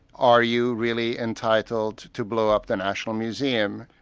are you really entitled to blow up the national museum,